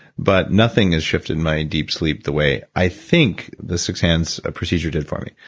but nothing has shifted my deep sleep the way i think the six hands ah procedures did for me.